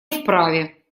вправе